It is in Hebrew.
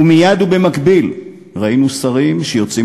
ומייד ובמקביל ראינו שרים שיוצאים